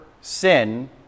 sin